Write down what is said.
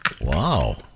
Wow